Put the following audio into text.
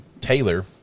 Taylor